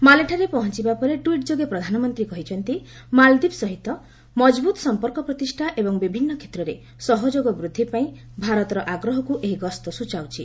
ମାଲେଠାରେ ପହଞ୍ଚିବା ପରେ ଟ୍ୱିଟ୍ ଯୋଗେ ପ୍ରଧାନମନ୍ତୀ କହିଛନ୍ତି ମାଳଦୀପ ସହିତ ମଜବୁତ୍ ସମ୍ପର୍କ ପ୍ରତିଷ୍ଠା ଏବଂ ବିଭିନ୍ନ କ୍ଷେତ୍ରରେ ସହଯୋଗ ବୃଦ୍ଧି ପାଇଁ ଭାରତର ଆଗ୍ରହକୁ ଏହି ଗସ୍ତ ସୁଚାଉଛି